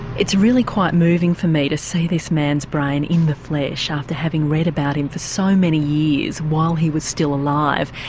it's really quite moving for me to see this man's brain in the flesh after having read about him for so many years while he was still alive.